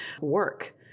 work